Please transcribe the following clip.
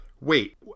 wait